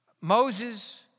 Moses